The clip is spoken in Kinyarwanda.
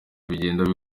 bigenda